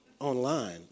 online